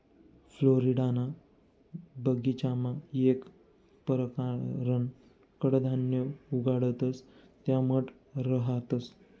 फ्लोरिडाना बगीचामा येक परकारनं कडधान्य उगाडतंस त्या मठ रहातंस